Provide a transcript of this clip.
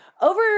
Over